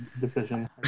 decision